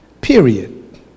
Period